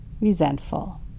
resentful